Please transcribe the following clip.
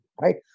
right